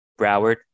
Broward